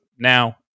now